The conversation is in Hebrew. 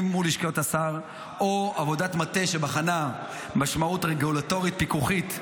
מול לשכת השר או עבודת מטה שבחנה משמעות רגולטורית פיקוחית,